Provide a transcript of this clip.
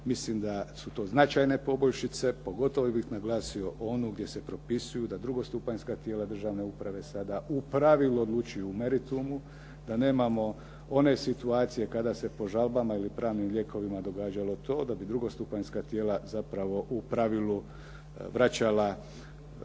Mislim da su to značajne poboljšice. Pogotovo bih naglasio onu gdje se propisuju da drugostupanjska tijela državne uprave sada u pravilu odlučuju o meritumu, da nemamo one situacije kada se po žalbama ili pravnim lijekovima događalo to da bi drugostupanjska tijela zapravo u pravilu vraćala postupak